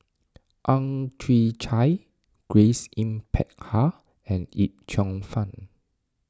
Ang Chwee Chai Grace Yin Peck Ha and Yip Cheong Fun